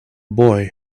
boy